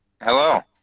Hello